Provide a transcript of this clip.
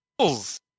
rules